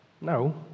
No